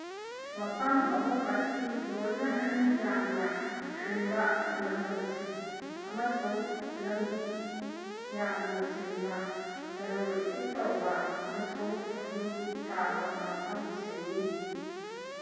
ꯃꯐꯝ ꯑꯍꯨꯝ ꯑꯁꯤ ꯂꯣꯏꯅ ꯃꯤꯌꯥꯝꯅ ꯇꯤꯟꯕ ꯂꯝꯗꯝꯁꯤꯡ ꯑꯃꯁꯨꯡ ꯂꯝꯕꯤ ꯌꯥꯝꯅ ꯆꯤꯟꯕ ꯂꯂꯣꯟ ꯏꯇꯤꯛ ꯇꯧꯕ ꯑꯃꯁꯨꯡ ꯌꯨꯝ ꯇꯥꯕ ꯃꯐꯝꯁꯤꯡꯅꯤ